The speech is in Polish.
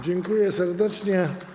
Dziękuję serdecznie.